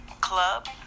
club